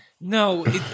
No